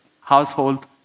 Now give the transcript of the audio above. household